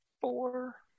four